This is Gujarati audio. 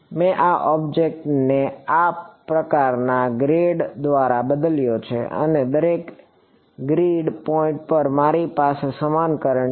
મેં આ ઓબ્જેક્ટ ને આ પ્રકારના ગ્રેડ દ્વારા બદલ્યો છે અને દરેક ગ્રીડ પોઇન્ટ પર મારી પાસે સમાન કરંટ છે